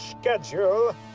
schedule